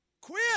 Quit